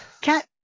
cat